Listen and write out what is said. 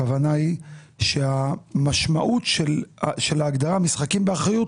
הכוונה היא שהמשמעות של ההגדרה משחקים באחריות